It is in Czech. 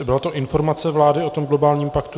Byla to informace vlády o globálním paktu?